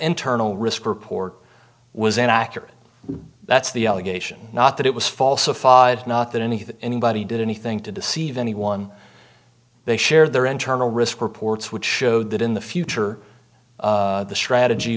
internal risk report was inaccurate that's the allegation not that it was falsified not that anything anybody did anything to deceive anyone they share their internal risk reports which showed that in the future the strategy